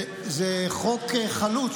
זה חוק חלוץ,